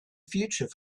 future